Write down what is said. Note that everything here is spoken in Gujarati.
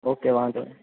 ઓકે વાંધો નહીં